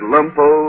Lumpo